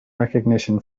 recognition